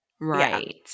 Right